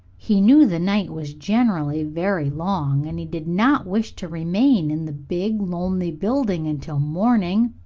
he knew the night was generally very long and he did not wish to remain in the big, lonely building until morning.